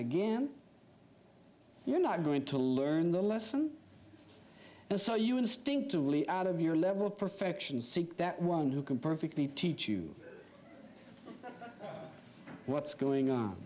again you're not going to learn the lesson so you instinctively out of your level of perfection seek that one who can perfectly teach you what's going on